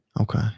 Okay